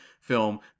film